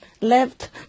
left